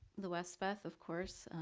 the westbeth, of course,